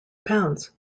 pounds